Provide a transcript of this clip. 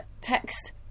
text